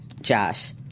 Josh